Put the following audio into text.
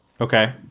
Okay